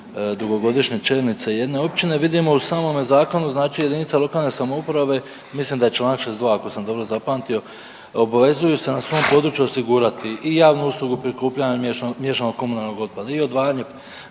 dugogodišnje čelnice jedne općine vidimo u samome zakonu znači jedinica lokalne samouprave, mislim da je Članak 62., ako sam dobro zapamtio, obavezuju se na svom području osigurati i javnu uslugu prikupljanja miješanog komunalnog otpada i odvajanje